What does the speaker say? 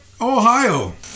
Ohio